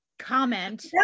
comment